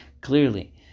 clearly